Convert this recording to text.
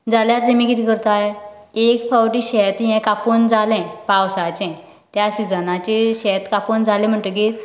जाल्यार तेमी कितें करताय एक पावटी शेत कापून जाले पावसाचे त्या सिजनाचे शेत कापून जाले म्हण्टकीर